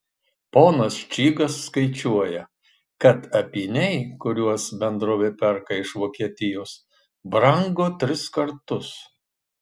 ponas čygas skaičiuoja kad apyniai kuriuos bendrovė perka iš vokietijos brango tris kartus